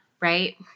right